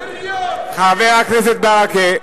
חבר הכנסת ברכה,